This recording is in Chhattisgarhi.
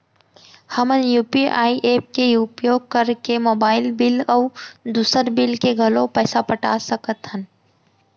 हमन यू.पी.आई एप के उपयोग करके मोबाइल बिल अऊ दुसर बिल के घलो पैसा पटा सकत हन